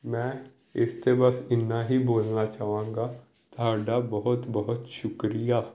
ਮੈਂ ਇਸ 'ਤੇ ਬਸ ਇੰਨਾ ਹੀ ਬੋਲਣਾ ਚਾਹਾਂਗਾ ਤੁਹਾਡਾ ਬਹੁਤ ਬਹੁਤ ਸ਼ੁਕਰੀਆ